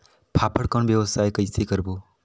फाफण कौन व्यवसाय कइसे करबो?